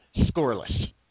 scoreless